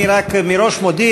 אני רק מודיע מראש,